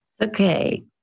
Okay